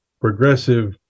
progressive